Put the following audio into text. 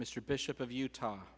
mr bishop of utah